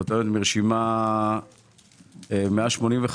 החל מרשימה 185,